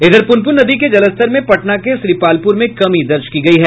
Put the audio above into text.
इधर प्रनपून नदी के जलस्तर में पटना के श्रीपालपूर में कमी दर्ज की गयी है